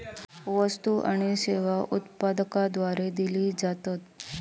वस्तु आणि सेवा उत्पादकाद्वारे दिले जातत